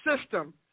system